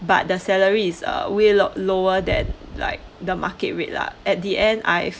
but the salary is uh way lower than like the market rate lah at the end I